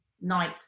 night